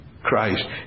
Christ